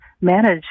manage